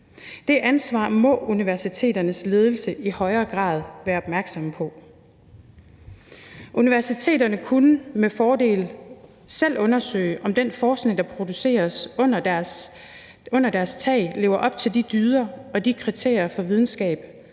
Det ansvar må universiteternes ledelser i højere grad være opmærksomme på. Universiteterne kunne med fordel selv undersøge, om den forskning, der produceres under deres tag, lever op til dyder og kriterier for videnskab,